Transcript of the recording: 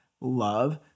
love